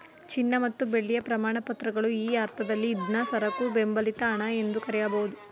ಚಿನ್ನ ಮತ್ತು ಬೆಳ್ಳಿಯ ಪ್ರಮಾಣಪತ್ರಗಳು ಈ ಅರ್ಥದಲ್ಲಿ ಇದ್ನಾ ಸರಕು ಬೆಂಬಲಿತ ಹಣ ಎಂದು ಕರೆಯಬಹುದು